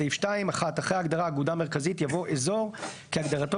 בסעיף 2 - (1) אחרי ההגדרה "אגודה מרכזית" יבוא: ""אזור" כהגדרתו